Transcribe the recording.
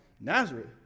Nazareth